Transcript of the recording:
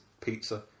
pizza